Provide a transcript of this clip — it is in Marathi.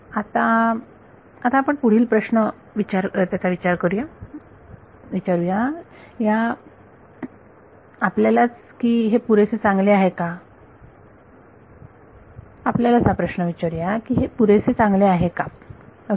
आता पण पुढील प्रश्न आपण विचारू या आपल्यालाच की हे पुरेसे चांगले आहे का ओके